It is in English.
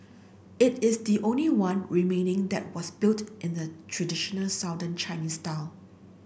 it is the only one remaining that was built in the traditional Southern Chinese style